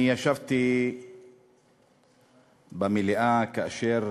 אני ישבתי במליאה כאשר